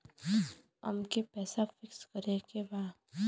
अमके पैसा फिक्स करे के बा?